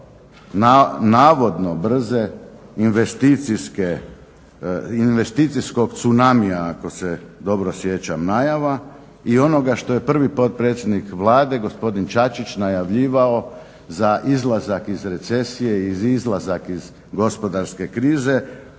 investicijske, investicijskog tsunamija ako se dobro sjećam najava i onoga što je prvi potpredsjednik Vlade gospodin Čačić najavljivao za izlazak iz recesije, izlazak iz gospodarske krize,